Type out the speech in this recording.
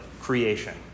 creation